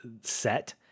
set